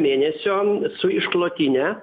mėnesiam su išklotine